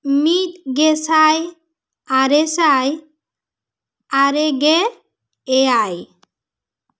ᱢᱤᱫ ᱜᱮᱥᱟᱭ ᱟᱨᱮᱥᱟᱭ ᱟᱨᱮᱜᱮ ᱮᱭᱟᱭ